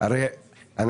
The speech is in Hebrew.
שאמר שארבע חברות הגישו.